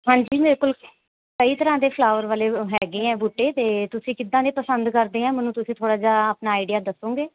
ਹਾਂਜੀ ਮੇਰੇ ਕੋਲ ਕਈ ਤਰ੍ਹਾਂ ਦੇ ਫਲਾਵਰ ਵਾਲੇ ਹੈਗੇ ਹੈ ਬੂਟੇ ਤਾਂ ਤੁਸੀਂ ਕਿੱਦਾਂ ਦੇ ਪਸੰਦ ਕਰਦੇ ਹਾਂ ਮੈਨੂੰ ਤੁਸੀਂ ਥੋੜ੍ਹਾ ਜਿਹਾ ਆਪਣਾ ਆਈਡੀਆ ਦੱਸੋਂਗੇ